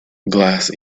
glass